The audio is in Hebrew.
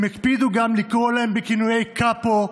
הם הקפידו גם לקרוא להם בכינויים: קאפו,